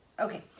okay